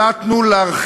חלקנו כבר הרבה שנים בחוץ,